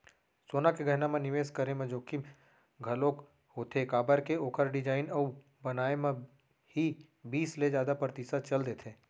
सोना के गहना म निवेस करे म जोखिम घलोक होथे काबर के ओखर डिजाइन अउ बनाए म ही बीस ले जादा परतिसत चल देथे